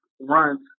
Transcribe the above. runs